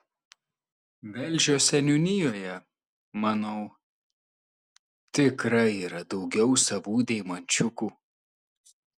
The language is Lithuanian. velžio seniūnijoje manau tikrai yra daugiau savų deimančiukų